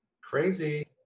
Crazy